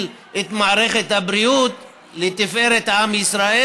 את מערכת הבריאות לתפארת עם ישראל.